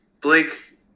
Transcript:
Blake